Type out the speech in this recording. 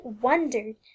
WONDERED